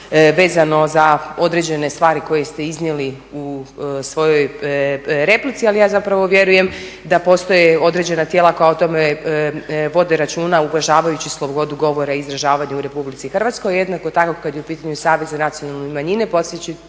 vezano za određene stvari koje ste iznijeli u svojoj replici, ali ja zapravo vjerujem da postoje određena tijela koja o tome vode računa, uvažavajući slobodu govora i izražavanja u RH. Jednako tako kad je u pitanju Savjet za nacionalne manjine, podsjetit